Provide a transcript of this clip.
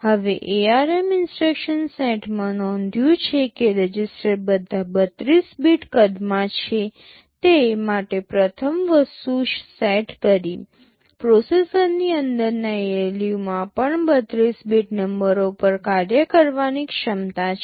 હવે ARM instruction સેટમાં નોંધ્યું છે કે રજિસ્ટર બધા 32 બીટ કદમાં છે તે માટે પ્રથમ વસ્તુ સેટ કરી પ્રોસેસરની અંદરના ALU માં પણ 32 બીટ નંબરો પર કાર્ય કરવાની ક્ષમતા છે